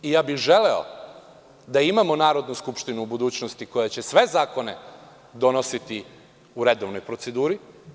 Ja bih želeo da imamo Narodnu skupštinu u budućnosti koja će sve zakone donositi u redovnoj proceduri.